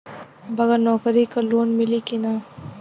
बगर नौकरी क लोन मिली कि ना?